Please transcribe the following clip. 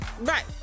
right